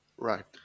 Right